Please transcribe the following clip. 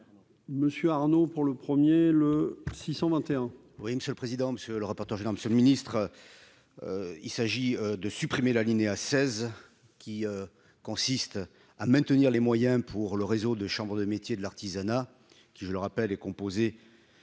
monsieur Arnaud pour le premier, le 621.